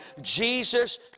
Jesus